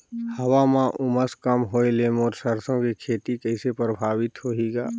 हवा म उमस कम होए ले मोर सरसो के खेती कइसे प्रभावित होही ग?